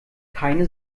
keine